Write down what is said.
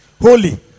holy